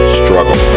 struggle